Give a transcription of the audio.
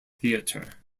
theatre